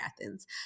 Athens